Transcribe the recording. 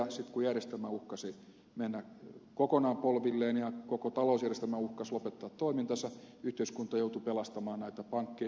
sitten kun järjestelmä uhkasi mennä kokonaan polvilleen ja koko talousjärjestelmä uhkasi lopettaa toimintansa yhteiskunta joutui pelastamaan näitä pankkeja